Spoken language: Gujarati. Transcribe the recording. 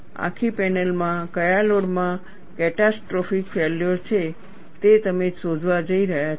આખી પેનલમાં કયા લોડમાં કેટાસ્ટ્રોફીક ફેલ્યોર છે તે તમે શોધવા જઈ રહ્યા છો